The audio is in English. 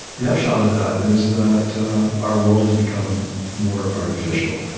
the upshot of that is that our world has become more artificial,